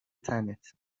تنت